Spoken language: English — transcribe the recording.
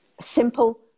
Simple